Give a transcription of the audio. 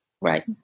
Right